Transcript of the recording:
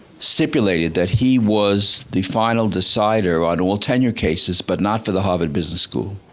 stipulated that he was the final decider on all tenure cases, but not for the harvard business school.